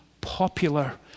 popular